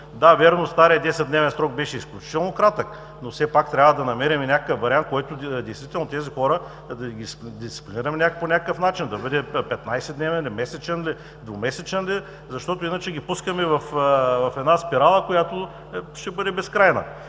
Да, вярно, старият 10-дневен срок беше изключително кратък, но все пак трябва да намерим и някакъв вариант, в който действително тези хора да ги дисциплинираме по някакъв начин, да бъде 15-дневен ли, месечен ли, двумесечен ли, защото иначе ги пускаме в една спирала, която ще бъде безкрайна.